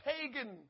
pagan